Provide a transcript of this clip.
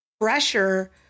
pressure